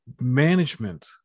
Management